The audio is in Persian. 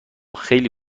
خیلی